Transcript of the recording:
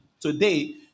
today